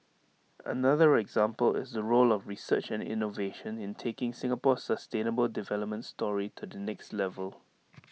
another example is the role of research and innovation in taking Singapore's sustainable development story to the next level